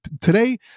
today